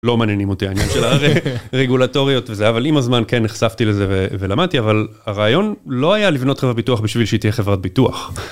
לא מעניינים אותי העניינים של הרגולטוריות וזה, אבל עם הזמן כן נחשפתי לזה ולמדתי, אבל הרעיון לא היה לבנות חברת ביטוח בשביל שהיא תהיה חברת ביטוח.